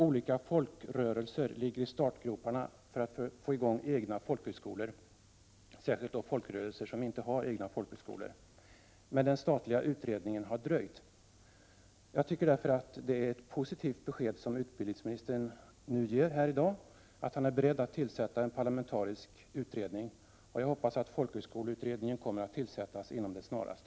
Olika folkrörelser ligger i startgroparna för att få i gång egna folkhögskolor, särskilt de folkrörelser som inte har egna folkhögskolor. Men den statliga utredningen har dröjt. Jag tycker därför att det är ett positivt besked som utbildningsministern ger här i dag, att han är beredd att tillsätta en parlamentarisk utredning. Jag hoppas att folkhögskoleutredningen kommer att tillsättas med det snaraste.